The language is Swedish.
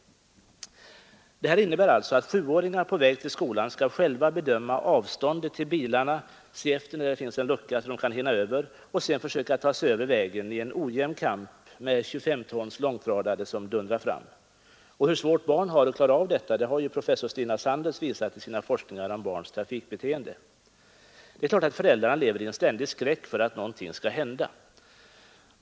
Det innebär alltså att sjuåringar på väg till skolan själva skall bedöma avståndet till bilarna, se efter när det finns en lucka så att de kan hinna över och sedan ta sig över vägen i en ojämn kamp med 25 tons långtradare som dundrar fram. Hur svårt barn har att klara denna bedömning har ju professor Stina Sandels visat i sina forskningar om barns trafikbeteende. Föräldrarna lever naturligtvis i ständig skräck för att någonting skall hända.